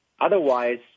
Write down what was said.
Otherwise